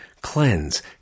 cleanse